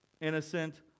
innocent